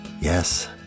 yes